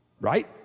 right